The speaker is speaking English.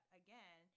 again